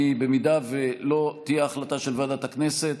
אם לא תהיה החלטה של ועדת הכנסת,